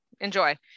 enjoy